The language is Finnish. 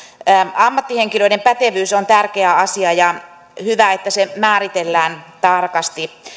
ammattihenkilöiden pätevyys on tärkeä asia ja hyvä että se määritellään tarkasti